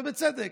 ובצדק,